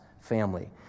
family